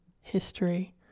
history